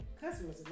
Customers